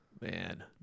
Man